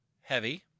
heavy